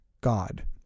God